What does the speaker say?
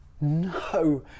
No